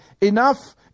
Enough